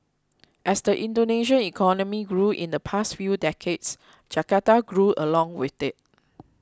as the Indonesian economy grew in the past few decades Jakarta grew along with it